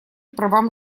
правам